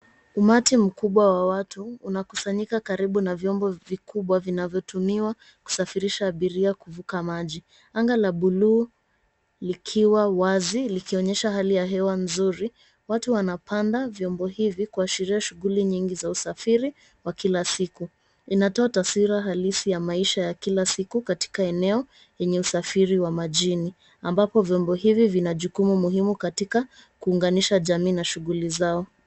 Umati mkubwa wa watu unakusanyika karibu na vyombo vikubwa vinavyotumiwa kusafirisha abiria kuvuka maji. Anga la buluu likiwa wazi, likionyesha hali ya hewa nzuri. Watu wanapanda vyombo hivi, kuashiria shughuli nyingi za usafiri wa kila siku. Inatoa taswira halisi ya maisha ya kila siku katika eneo yenye usafiri wa majini, ambapo vyombo hivi vina jukumu muhimu katika kuunganisha jamii na shughuli zao.